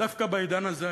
דווקא בעידן הזה,